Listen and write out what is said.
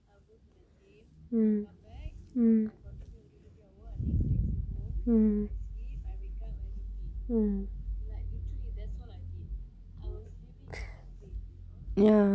mm mm mm mm ya